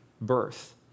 birth